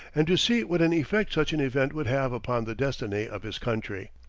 and to see what an effect such an event would have upon the destiny of his country.